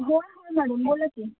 होय होय मॅडम बोला की